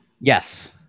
Yes